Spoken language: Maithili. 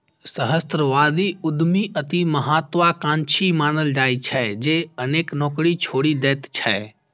सहस्राब्दी उद्यमी अति महात्वाकांक्षी मानल जाइ छै, जे अनेक नौकरी छोड़ि दैत छै